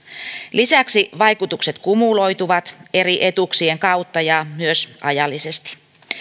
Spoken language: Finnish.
lisäksi vaikutukset kumuloituvat eri etuuksien kautta ja myös ajallisesti